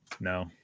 No